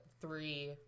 three